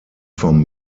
vom